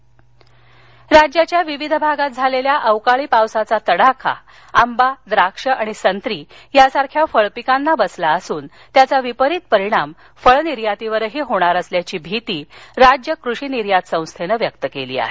नकसान राज्याच्या विविध भागात झालेल्या अवकाळी पावसाचा तडाखा आंबा द्राक्ष आणि संत्री यासारख्या फळपिकांना बसला असून त्याचा विपरीत परिणाम फळ निर्यातीवरही होणार असल्याची भीती राज्य कृषी निर्यात संस्थेने व्यक्त केली आहे